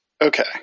okay